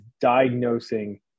diagnosing